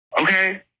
Okay